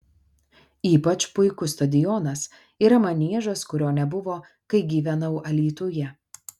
ypač puikus stadionas yra maniežas kurio nebuvo kai gyvenau alytuje